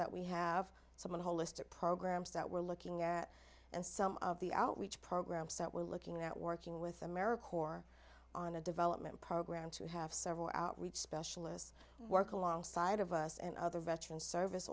that we have someone holistic programs that we're looking at and some of the outreach programs that we're looking at working with america corps on a development program to have several outreach specialists work alongside of us and other veteran service